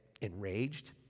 enraged